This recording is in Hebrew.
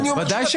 בוודאי שכן.